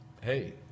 hey